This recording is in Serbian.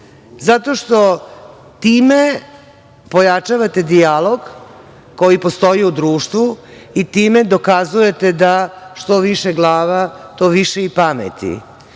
zato što time pojačavate dijalog koji postoji u društvu, i time dokazujete, da što više glava, više i pameti.I